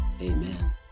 Amen